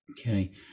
Okay